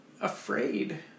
afraid